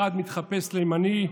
אחד מתחפש לימני,